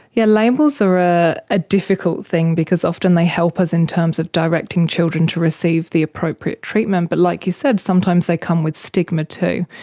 yeah labels are a ah difficult thing because often they help us in terms of directing children to receive the appropriate treatment. but like you said, sometimes they come with stigma too.